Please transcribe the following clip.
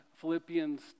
Philippians